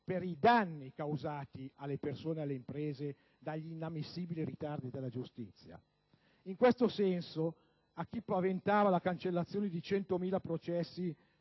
per i danni causati alle persone e alle imprese dagli inammissibili ritardi della giustizia. In questo senso, a chi paventava la cancellazione di 100.000 processi